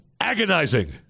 agonizing